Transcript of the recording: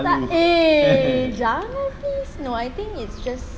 tak eh jangan please no I think it's just